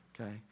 okay